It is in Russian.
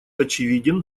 очевиден